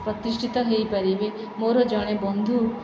ପ୍ରତିଷ୍ଠିତ ହେଇପାରିବେ ମୋର ଜଣେ ବନ୍ଧୁ